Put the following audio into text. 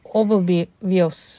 obvious